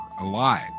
alive